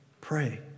pray